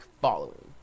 following